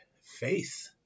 faith